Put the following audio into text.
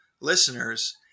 listeners